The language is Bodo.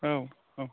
औ औ